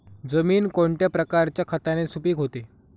जमीन कोणत्या प्रकारच्या खताने सुपिक होते?